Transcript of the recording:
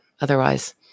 otherwise